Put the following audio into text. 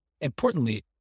Importantly